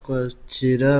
kwakira